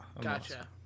gotcha